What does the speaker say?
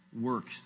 works